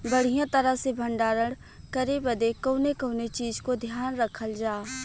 बढ़ियां तरह से भण्डारण करे बदे कवने कवने चीज़ को ध्यान रखल जा?